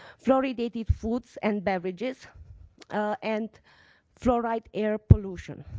fluoridated foods and beverages and fluoride air pollution.